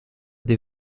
des